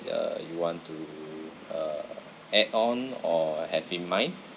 uh you want to uh add on or have in mind